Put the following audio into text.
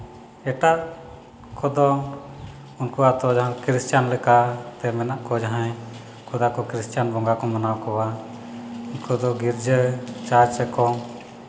ᱮᱴᱟᱜ ᱠᱚᱫᱚ ᱩᱱᱠᱩᱣᱟᱜ ᱫᱚ ᱡᱟᱦᱟᱸ ᱠᱷᱨᱤᱥᱪᱟᱱ ᱞᱮᱠᱟ ᱛᱮ ᱢᱮᱱᱟᱜ ᱠᱚ ᱡᱟᱦᱟᱸᱭ ᱩᱱᱠᱩ ᱫᱚ ᱠᱷᱨᱤᱥᱴᱟᱱ ᱵᱚᱸᱜᱟ ᱠᱚ ᱢᱟᱱᱟᱣ ᱠᱚᱣᱟ ᱩᱱᱠᱩ ᱫᱚ ᱜᱤᱨᱡᱟᱹ ᱪᱟᱨᱡᱽ ᱨᱮᱠᱚ